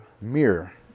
mirror